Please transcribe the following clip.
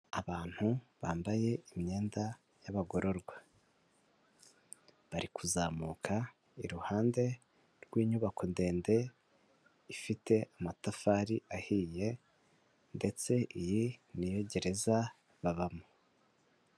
Abantu bambaye imyenda y'abagororwa, bari kuzamuka iruhande rw'inyubako ndende ifite amatafari ahiye ndetse iyi niyo gereza babamo.